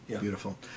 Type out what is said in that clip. Beautiful